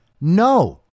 No